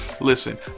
listen